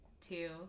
two